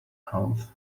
health